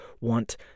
want